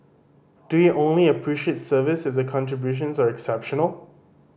do we only appreciate service if the contributions are exceptional